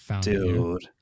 Dude